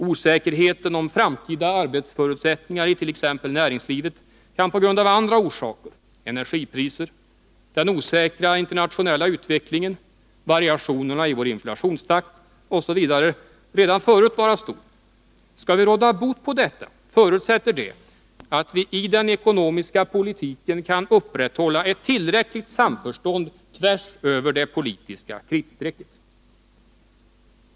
Osäkerheten om framtida arbetsförutsättningar i t.ex. näringslivet kan på grund av andra saker som energipriser, den osäkra internationella utvecklingen, variationerna i vår inflationstakt osv. redan förut vara stor. Skall vi råda bot på detta, förutsätter det att vi i den ekonomiska politiken kan upprätthålla ett tillräckligt samförstånd tvärs över det politiska kritstrecket.